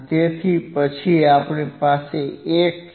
તેથી પછી આપણી પાસે 1 છે